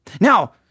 Now